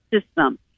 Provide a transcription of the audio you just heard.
system